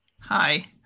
Hi